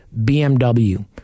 BMW